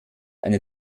eine